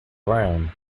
brown